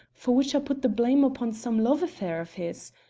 for which i put the blame upon some love-affair of his.